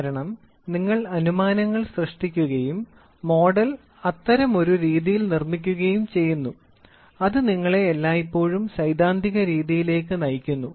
കാരണം നിങ്ങൾ അനുമാനങ്ങൾ സൃഷ്ടിക്കുകയും മോഡൽ അത്തരമൊരു രീതിയിൽ നിർമ്മിക്കുകയും ചെയ്യുന്നു അത് നിങ്ങളെ എല്ലായ്പ്പോഴും സൈദ്ധാന്തികരീതിയിലേക്ക് നയിക്കുന്നു